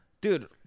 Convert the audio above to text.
dude